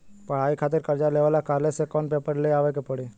पढ़ाई खातिर कर्जा लेवे ला कॉलेज से कौन पेपर ले आवे के पड़ी?